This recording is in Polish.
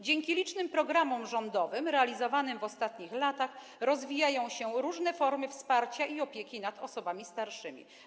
Dzięki licznym programom rządowym realizowanym w ostatnich latach rozwijają się różne formy wsparcia i opieki nad osobami starszymi.